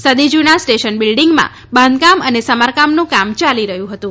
સદી જુના સ્ટેશન બિલ્ડિંગમાં બાંધકામ અને સમારકામનું કામ ચાલી રહ્યું હતું